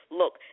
look